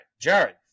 Jared